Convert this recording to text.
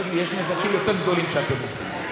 יש נזקים יותר גדולים שאתם עושים.